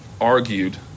argued